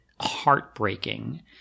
heartbreaking